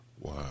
Wow